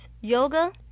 yoga